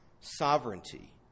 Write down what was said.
sovereignty